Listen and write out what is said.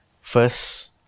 First